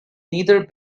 neither